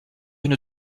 une